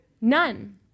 None